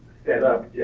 set up yet,